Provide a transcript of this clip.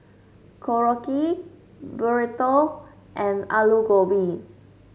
Korokke Burrito and Alu Gobi